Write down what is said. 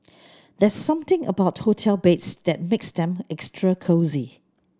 there's something about hotel beds that makes them extra cosy